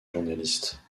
journaliste